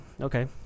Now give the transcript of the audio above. okay